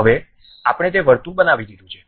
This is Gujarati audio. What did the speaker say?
હવે આપણે તે વર્તુળ બનાવી દીધું છે